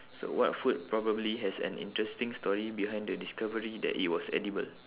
so what food probably has an interesting story behind the discovery that it was edible